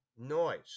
noise